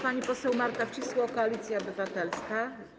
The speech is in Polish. Pani poseł Marta Wcisło, Koalicja Obywatelska.